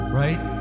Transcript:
right